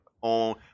on